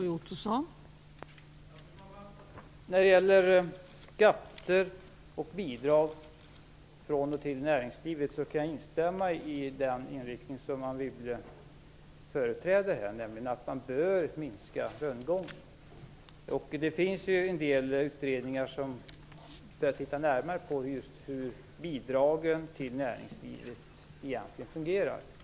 Fru talman! När det gäller skatter och bidrag från och till näringslivet kan jag instämma i den inriktning som Anne Wibble företräder här, nämligen att man bör minska rundgången. Det finns en del utredningar som skall titta närmare på just hur bidragen till näringslivet egentligen fungerar.